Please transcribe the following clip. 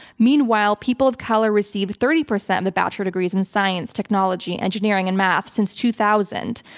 meanwhile, people of color received thirty percent of the bachelor degrees in science, technology, engineering and math since two thousand,